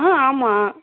ஆ ஆமாம்